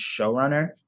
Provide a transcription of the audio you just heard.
showrunner